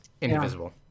indivisible